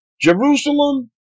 Jerusalem